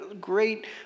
great